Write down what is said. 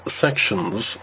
sections